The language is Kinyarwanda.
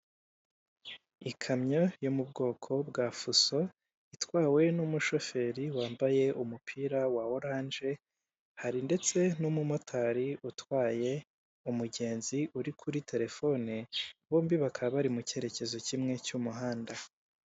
Ikamyo yo mu bwoko bwa fuso, itwawe n'umushoferi wambaye umupira wa oranje, hari ndetse n'umumotari utwaye umugenzi uri kuri telefone, bombi bakaba bari mu cyerekezo kimwe cy'umuhanda.